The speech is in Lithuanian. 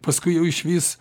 paskui jau išvis